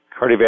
cardiovascular